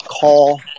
call